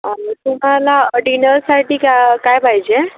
तुम्हाला डिनरसाठी का काय पाहिजे